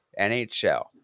NHL